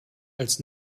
als